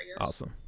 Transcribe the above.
Awesome